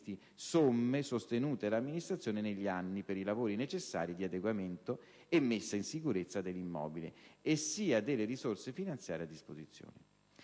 somme sostenute dall'amministrazione negli anni per i lavori necessari di adeguamento e messa in sicurezza dell'immobile e sia delle risorse finanziarie a disposizione.